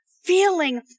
feeling